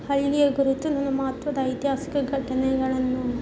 ಹಳ್ಳಿಯ ಕುರಿತು ನನ್ನ ಮಹತ್ವದ ಐತಿಹಾಸಿಕ ಘಟನೆಗಳನ್ನು